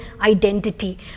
identity